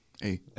Hey